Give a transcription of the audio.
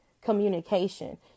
communication